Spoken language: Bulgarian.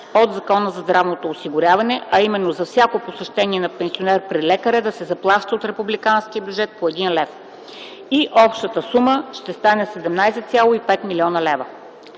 от Закона за здравното осигуряване, а именно за всяко посещение на пенсионер при лекаря да се заплаща от републиканския бюджет по 1 лв., и общата сума ще стане 17,5 млн. лв.